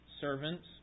servants